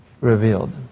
revealed